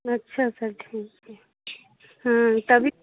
अच्छा सर ठीक है हाँ तभी